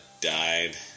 died